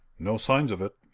no signs of it.